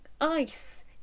ice